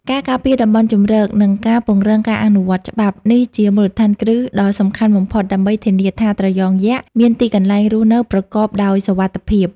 ការការពារតំបន់ជម្រក និងការពង្រឹងការអនុវត្តច្បាប់ នេះជាមូលដ្ឋានគ្រឹះដ៏សំខាន់បំផុតដើម្បីធានាថាត្រយងយក្សមានទីកន្លែងរស់នៅប្រកបដោយសុវត្ថិភាព។